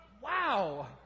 wow